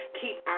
Keep